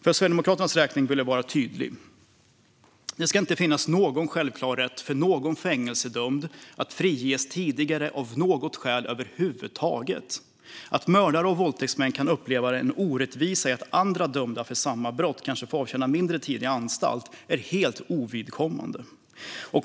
För Sverigedemokraternas del vill jag vara tydlig: Det ska inte finnas någon självklar rätt för någon fängelsedömd att friges tidigare av något skäl över huvud taget. Att mördare och våldtäktsmän kan uppleva en orättvisa i att andra dömda för samma brott kanske får avtjäna mindre tid i anstalt är helt ovidkommande.